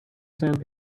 sand